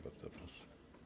Bardzo proszę.